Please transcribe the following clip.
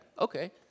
okay